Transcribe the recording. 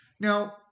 Now